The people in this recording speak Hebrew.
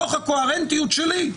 מתוך הקוהרנטיות שלי,